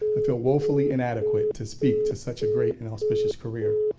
i feel woefully inadequate to speak to such a great and inauspicious career.